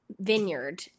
Vineyard